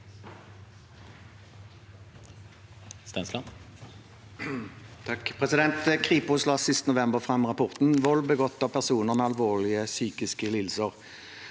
Kripos la sist november fram rapporten «Vold begått av personer med alvorlige psykiske lidelser».